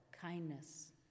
kindness